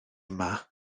yma